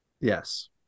Yes